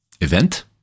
event